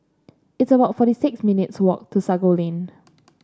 it's about forty six minutes' walk to Sago Lane